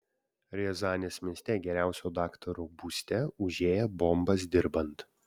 riazanės mieste geriausio daktaro būste užėję bombas dirbant